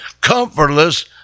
comfortless